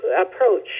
approach